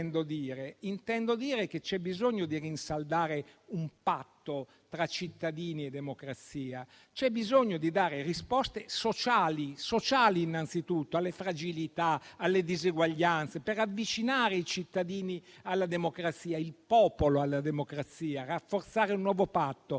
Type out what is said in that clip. intendo dire che c'è bisogno di rinsaldare un patto tra cittadini e democrazia. E c'è bisogno di dare risposte sociali, innanzitutto, alle fragilità e alle diseguaglianze, per avvicinare i cittadini e il popolo alla democrazia, rafforzando un nuovo patto.